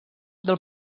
del